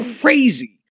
crazy